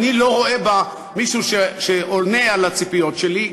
אני לא רואה בה מישהו שעונה על הציפיות שלי,